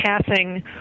passing